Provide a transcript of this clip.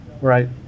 right